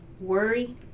worry